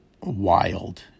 wild